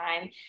time